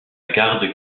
garde